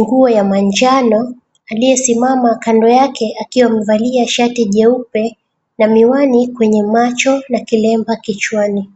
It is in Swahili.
nguo ya manjano , aliyesimama kando yake akiwa amevalia shati jeupe na miwani kwenye macho na kilemba kichwani.